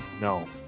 No